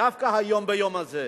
דווקא היום, ביום הזה,